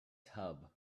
tub